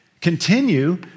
continue